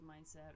mindset